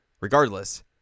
Regardless